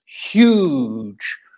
huge